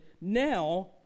Now